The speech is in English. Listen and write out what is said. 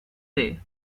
they